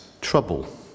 trouble